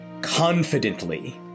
confidently